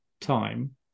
time